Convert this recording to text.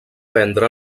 prendre